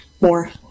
more